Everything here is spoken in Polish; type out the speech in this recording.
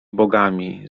bogami